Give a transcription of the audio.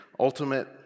ultimate